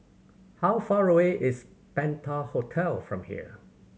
how far away is Penta Hotel from here